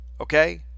Okay